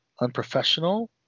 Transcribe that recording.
unprofessional